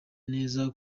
neza